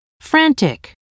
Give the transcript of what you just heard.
frantic